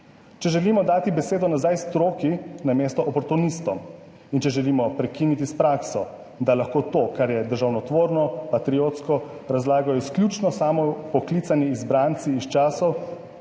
Če želimo dati besedo nazaj stroki namesto oportunistom in če želimo prekiniti s prakso, da lahko to, kar je državotvorno, patriotsko, razlagajo izključno samo poklicani izbranci iz časov,